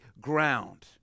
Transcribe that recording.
ground